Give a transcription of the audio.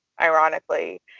ironically